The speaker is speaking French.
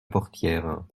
portière